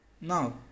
Now